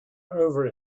over